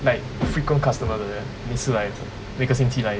like frequent customer 的 leh 每一次 like 每个星期来